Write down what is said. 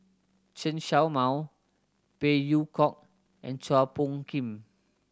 Chen Show Mao Phey Yew Kok and Chua Phung Kim